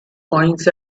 coins